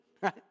right